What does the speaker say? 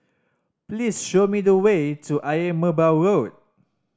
please show me the way to Ayer Merbau Road